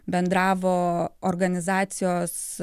bendravo organizacijos